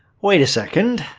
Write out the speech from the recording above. wait a second.